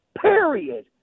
Period